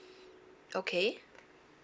okay